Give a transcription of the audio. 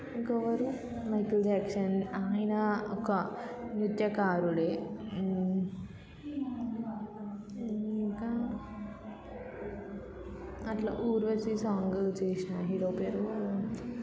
ఇంకా ఎవరు Michael Jackson ఆయన ఒక నృత్యకారుడే ఇంకా అట్లా ఊర్వశి సాంగ్ చేసిన హీరో పేరు